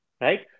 Right